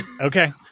Okay